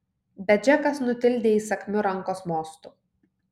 bet džekas nutildė įsakmiu rankos mostu